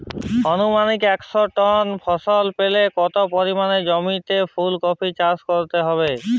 আনুমানিক একশো টন ফলন পেতে কত পরিমাণ জমিতে ফুলকপির চাষ করতে হবে?